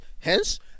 Hence